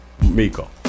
Miko